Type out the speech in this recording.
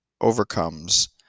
overcomes